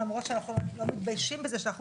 למרות שאנחנו לא מתביישים בזה שאנחנו